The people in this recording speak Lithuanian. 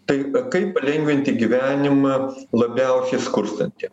tai kaip palengvinti gyvenimą labiausiai skurstantiem